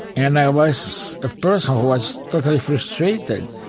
and i was a person who was totally frustrated.